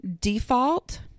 default